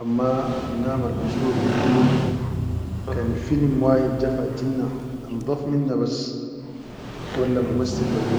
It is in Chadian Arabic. amma anam al mashur fi filim kan filim wahid ja faytinna, andaf minna bas walla mu masilbas.